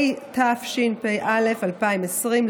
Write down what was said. התשפ"א 2020,